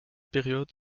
période